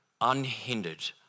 unhindered